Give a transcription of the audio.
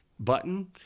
button